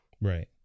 Right